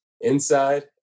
inside